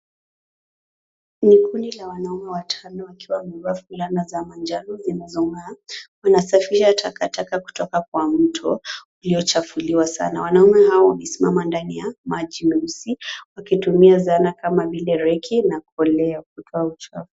Ni kundi la wanaume watano wakiwa wamevaa fulana za manjano zinazong'aa. Wanasafisha takataka kutoka kwa mto uliochafuliwa sana. Wanaume hawa wamesimama ndani ya maji meusi wakitumia zana kama vile reki na koleo kutoa uchafu.